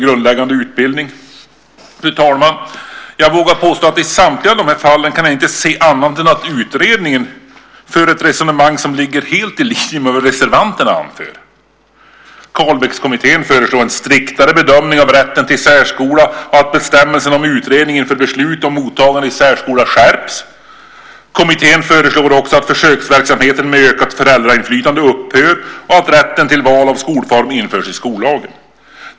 Fru talman! Jag vågar påstå att i samtliga fall kan jag inte se annat än att utredningen för ett resonemang som ligger helt i linje med vad reservanterna anför. Carlbeckkommittén föreslår en striktare bedömning av rätten till särskola och att bestämmelse om utredning inför beslut om mottagande i särskola skärps. Kommittén föreslår också att försöksverksamheten med ökat föräldrainflytande upphör och att rätten till val av skolform införs i skollagen.